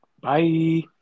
Bye